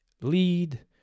lead